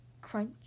Crunch